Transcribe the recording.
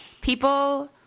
People